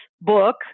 book